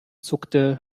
zuckte